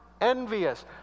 envious